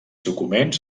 documents